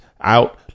out